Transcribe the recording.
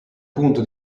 punto